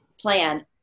plan